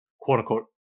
quote-unquote